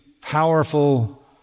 powerful